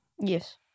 Yes